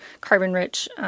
carbon-rich